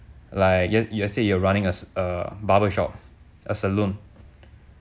like you are you are said you are running a a barber shop a saloon